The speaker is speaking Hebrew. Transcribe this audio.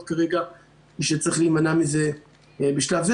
כרגע היא שצריך להימנע מזה בשלב זה.